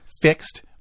Fixed